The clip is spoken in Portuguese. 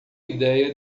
ideia